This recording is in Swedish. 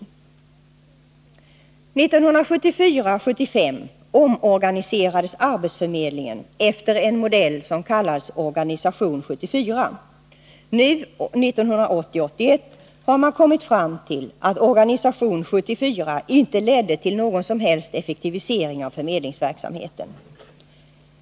1974-1975 omorganiserades arbetsförmedlingen efter en modell som kallades Org 74. Nu, 1980/1981, har man kommit fram till att Org 74 inte ledde till någon som helst effektivisering av förmedlingsverksamheten.